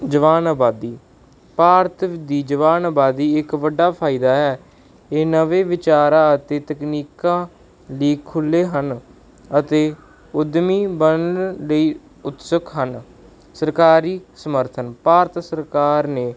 ਜਵਾਨ ਆਬਾਦੀ ਭਾਰਤ ਦੀ ਜਵਾਨ ਆਬਾਦੀ ਇੱਕ ਵੱਡਾ ਫਾਇਦਾ ਹੈ ਇਹ ਨਵੇਂ ਵਿਚਾਰਾਂ ਅਤੇ ਤਕਨੀਕਾਂ ਲਈ ਖੁੱਲ੍ਹੇ ਹਨ ਅਤੇ ਉਦਮੀ ਬਣਨ ਲਈ ਉਤਸੁਕ ਹਨ ਸਰਕਾਰੀ ਸਮਰਥਨ ਭਾਰਤ ਸਰਕਾਰ ਨੇ